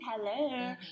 Hello